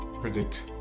predict